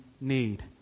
need